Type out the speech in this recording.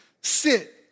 sit